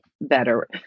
better